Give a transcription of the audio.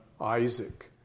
Isaac